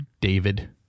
David